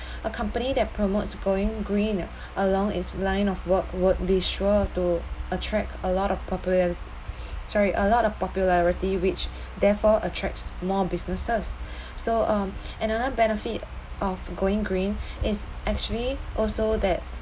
a company that promotes going green along its line of work would be sure to attract a lot of popular~ sorry a lot of popularity which therefore attracts more businesses so um another benefit of going green is actually also that